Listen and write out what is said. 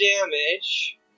damage